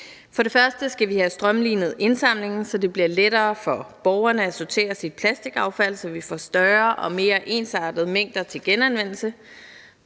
For det første skal vi have strømlinet indsamlingen, så det bliver lettere for borgerne at sortere deres plastikaffald, så vi får større og mere ensartede mængder til genanvendelse.